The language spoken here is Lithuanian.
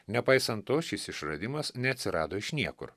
nepaisan to šis išradimas neatsirado iš niekur